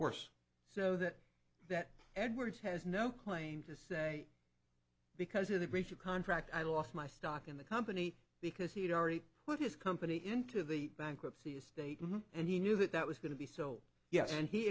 course so that that edwards has no claim to say because of the breach of contract i lost my stock in the company because he had already put his company into the bankruptcy estate and he knew that that was going to be so yes and he